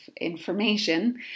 information